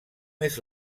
més